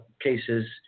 cases